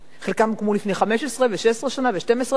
חלקם הוקמו לפני 15 ו-16 שנה ו-12 שנה,